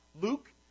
Luke